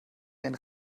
einen